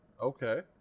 Okay